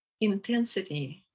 intensity